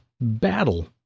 battle